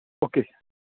okay